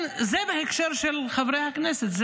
זה בהקשר של חברי הכנסת.